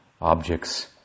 objects